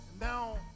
now